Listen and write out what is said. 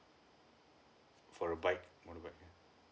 for a bike for a bike